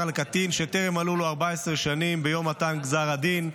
על קטין שטרם מלאו לו 14 שנים ביום מתן גזר הדין.